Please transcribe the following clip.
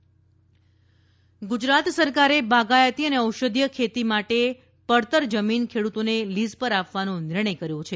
ગુજરાત ખેતી ગુજરાત સરકારે બાગાયતી અને ઔષધીય ખેતી માટે પડતર જમીન ખેડૂતોને લીઝ પર આપવાનો નિર્ણય કર્યો છે